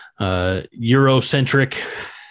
Eurocentric